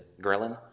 grilling